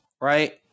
right